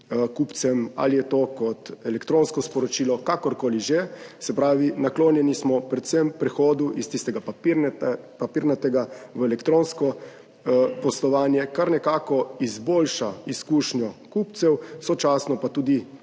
ali je to kot elektronsko sporočilo, kakorkoli že, se pravi, naklonjeni smo predvsem prehodu iz tistega papirnatega v elektronsko poslovanje, kar nekako izboljša izkušnjo kupcev, sočasno pa tudi